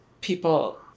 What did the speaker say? people